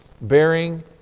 bearing